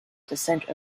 dissent